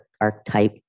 archetype